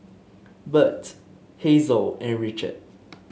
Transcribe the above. Bert Hazel and Richard